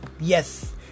Yes